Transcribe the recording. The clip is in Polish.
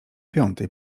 piątej